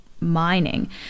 mining